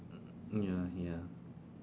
ya ya